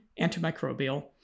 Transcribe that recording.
antimicrobial